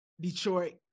Detroit